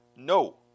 No